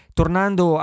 Tornando